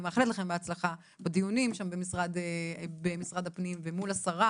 אני מאחלת לכם בהצלחה בדיונים שם במשרד הפנים ומול השרה,